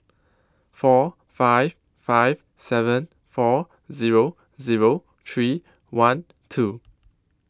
four five five seven four Zero Zero three one two